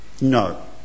no